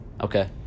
okay